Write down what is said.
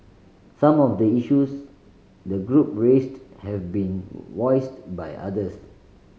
some of the issues the group raised have been voiced by others